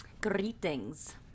Greetings